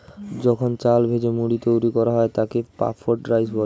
যখন চাল ভেজে মুড়ি তৈরি করা হয় তাকে পাফড রাইস বলে